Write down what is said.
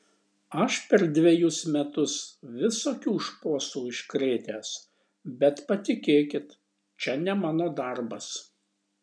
aš per dvejus metus visokių šposų iškrėtęs bet patikėkit čia ne mano darbas